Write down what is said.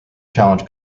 challenge